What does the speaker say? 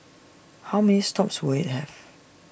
how many stops will IT have